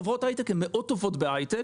חברות הייטק הן מאוד טובות בהייטק